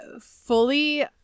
fully